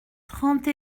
trente